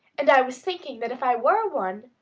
and i was thinking that if i were one,